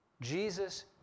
Jesus